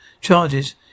charges